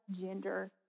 gender